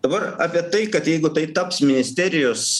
dabar apie tai kad jeigu tai taps ministerijos